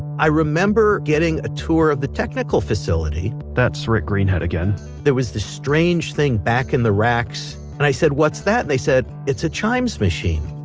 i remember getting a tour of the technical facility, that's rick greenhut again there was this strange thing back in the racks and i said, what's that? they said, it's a chimes machine.